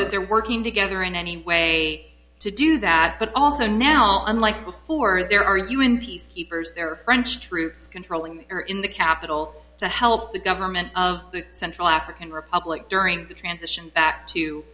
that they're working together in any way to do that but also now unlike before there are u n peacekeepers there french troops controlling the air in the capital to help the government of the central african republic during the transition